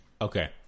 Okay